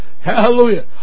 Hallelujah